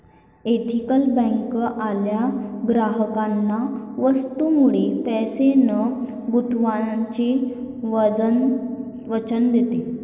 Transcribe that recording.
ethical bank आपल्या ग्राहकांना वस्तूंमध्ये पैसे न गुंतवण्याचे वचन देते